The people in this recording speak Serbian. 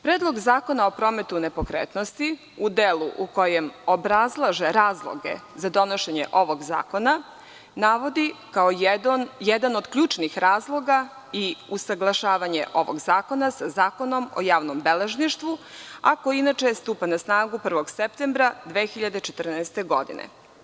Predlog zakona o prometu nepokretnosti u delu u kojem obrazlaže razloge za donošenje ovog zakona navodi kao jedan od ključnih razloga i usaglašavanje ovog zakona sa Zakonom o javnom beležništvu, a koji inače stupa na snagu 01. septembra 2014. godine.